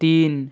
তিন